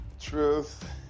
Truth